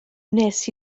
wnes